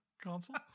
console